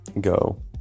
go